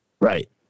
Right